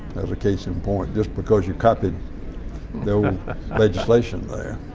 as a case in point, just because you copied the old legislation there.